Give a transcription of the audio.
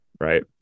Right